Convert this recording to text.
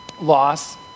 loss